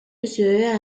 学院